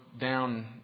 down